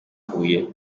huye